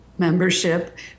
membership